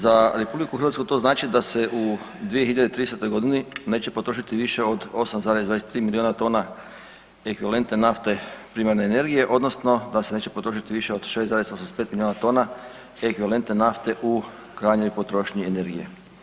Za RH to znači da se u 2030.g. neće potrošiti više od 8,23 milijuna tona ekvivalentne nafte primarne energije odnosno da se neće potrošiti više od 6,85 milijuna tona ekvivalentne nafte u krajnjoj potrošnji energije.